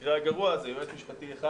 במקרה הגרוע זה יועץ משפטי אחד